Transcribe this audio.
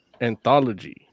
Anthology